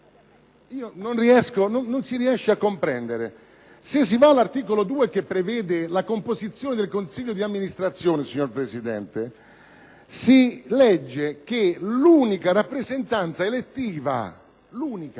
norma? Non si riesce a comprendere. Se si va all'articolo 2 che prevede la composizione del consiglio di amministrazione, signor Presidente, si legge che l'unica rappresentanza elettiva - l'unica: